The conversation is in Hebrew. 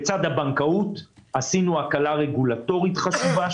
בצד הבנקאות עשינו הקלה רגולטורית חשובה,